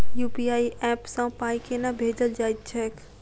UPI app सँ पाई केना भेजल जाइत छैक?